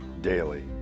daily